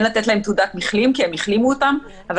כן לתת להם תעודת מחלים כי הם החלימו אותם אבל